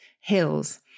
hills